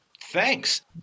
Thanks